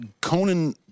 Conan